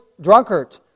drunkard